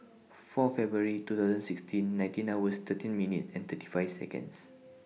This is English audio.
four February two thousand sixteen nineteen hours thirty minutes and thirty five Seconds